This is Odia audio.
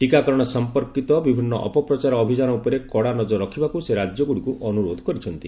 ଟୀକାକରଣ ସମ୍ପର୍କିତ ବିଭିନ୍ନ ଅପପ୍ରଚାର ଅଭିଯାନ ଉପରେ କଡ଼ା ନଜର ରଖିବାକୁ ସେ ରାଜ୍ୟଗୁଡ଼ିକୁ ଅନୁରୋଧ କରିଛନ୍ତି